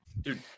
Dude